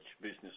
business